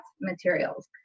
materials